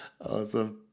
Awesome